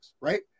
Right